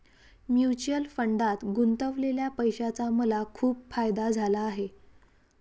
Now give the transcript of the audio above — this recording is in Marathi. म्युच्युअल फंडात गुंतवलेल्या पैशाचा मला खूप फायदा झाला आहे